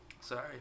Sorry